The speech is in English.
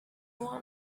want